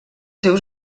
seus